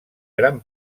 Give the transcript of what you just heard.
gran